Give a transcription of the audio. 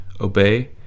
obey